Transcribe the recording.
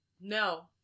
No